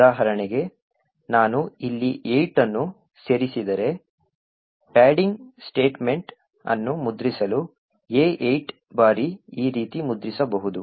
ಉದಾಹರಣೆಗೆ ನಾನು ಇಲ್ಲಿ 8 ಅನ್ನು ಸೇರಿಸಿದರೆ ಪ್ಯಾಡಿಂಗ್ ಸ್ಟೇಟ್ಮೆಂಟ್ ಅನ್ನು ಮುದ್ರಿಸಲು A 8 ಬಾರಿ ಈ ರೀತಿ ಮುದ್ರಿಸಬಹುದು